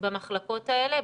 במחלקות האלה,